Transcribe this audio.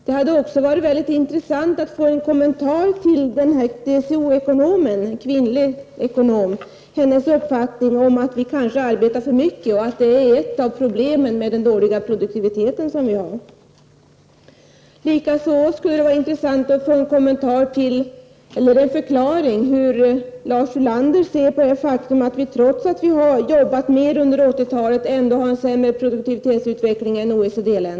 Det hade också varit mycket intressant att få en kommentar till den kvinnliga TCO ekonomens uppfattning om att vi kanske arbetar för mycket, och att det är ett av problemen med den dåliga produktivitet som vi har. Likaså skulle det vara intressant att veta hur Lars Ulander ser på det faktum att vi trots att vi har jobbat mer under 1980 talet har en sämre produktivitetsutveckling än